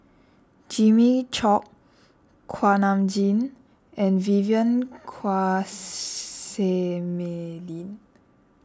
Jimmy Chok Kuak Nam Jin and Vivien Quahe Seah Mei Lin